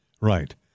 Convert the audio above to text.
Right